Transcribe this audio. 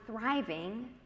thriving